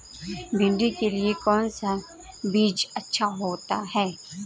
भिंडी के लिए कौन सा बीज अच्छा होता है?